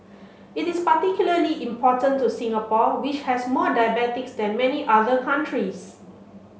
it is particularly important to Singapore which has more diabetics than many other countries